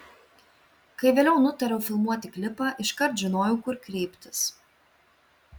kai vėliau nutariau filmuoti klipą iškart žinojau kur kreiptis